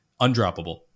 undroppable